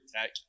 tech